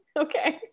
Okay